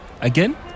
again